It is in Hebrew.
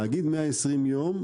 להגיד 120 ימים,